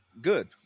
Good